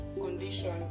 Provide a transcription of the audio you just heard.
conditions